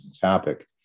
topic